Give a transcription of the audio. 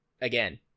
again